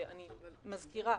שאני מזכירה,